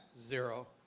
Zero